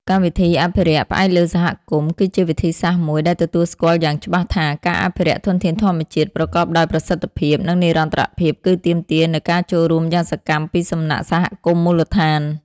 កម្មវិធីអភិរក្សផ្អែកលើសហគមន៍ គឺជាវិធីសាស្រ្តមួយដែលទទួលស្គាល់យ៉ាងច្បាស់ថា ការអភិរក្សធនធានធម្មជាតិប្រកបដោយប្រសិទ្ធភាព និងនិរន្តរភាព គឺទាមទារនូវការចូលរួមយ៉ាងសកម្មពីសំណាក់សហគមន៍មូលដ្ឋាន។